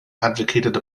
advocated